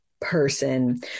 person